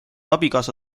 abikaasa